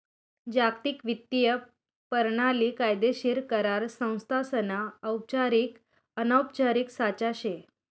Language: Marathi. जागतिक वित्तीय परणाली कायदेशीर करार संस्थासना औपचारिक अनौपचारिक साचा शे